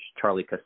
Charlie